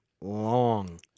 long